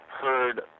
heard